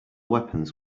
weapons